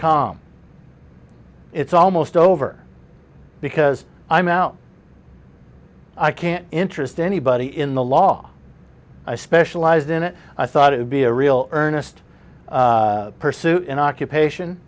com it's almost over because i'm out i can't interest anybody in the law i specialized in it i thought it would be a real earnest pursuit an occupation